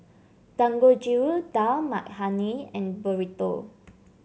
Dangojiru Dal Makhani and Burrito